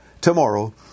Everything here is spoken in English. Tomorrow